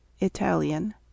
Italian